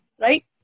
right